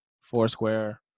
Foursquare